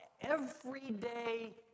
everyday